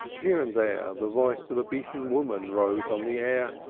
here and there the voice of a beaten woman rose on the air.